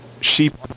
Sheep